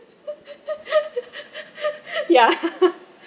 ya